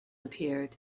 appeared